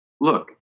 look